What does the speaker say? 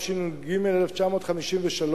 התשי"ג 1953,